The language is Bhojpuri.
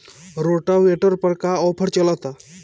रोटावेटर पर का आफर चलता?